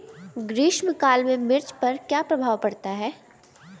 ग्रीष्म काल में मिर्च पर क्या प्रभाव पड़ता है?